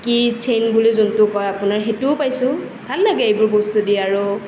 kid চেইন বুলি যোনটো কয় আপোনাৰ সেইটোও পাইছোঁ ভাল লাগে এইবোৰ বস্তু দি আৰু